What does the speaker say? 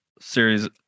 series